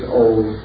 old